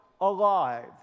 alive